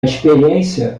experiência